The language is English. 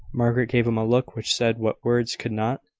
margaret gave him a look which said what words could not